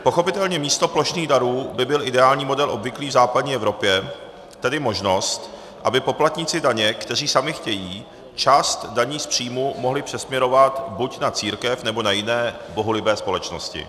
Pochopitelně, místo plošných darů by byl ideální model obvyklý v západní Evropě, tedy možnost, aby poplatníci daně, kteří sami chtějí, část daní z příjmů mohli přesměrovat buď na církev, nebo na jiné bohulibé společnosti.